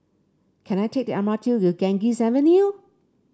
can I take the M R T to Ganges Avenue